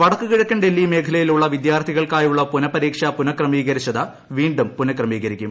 വടക്ക് കിഴക്കൻ ഡൽഹി മേഖലയിലുള്ള വിദ്യാർത്ഥികൾക്കായുള്ള പുനഃപരീക്ഷ പുനഃക്രമീകരിച്ചത് വീണ്ടും പുനഃക്രമീകരിക്കും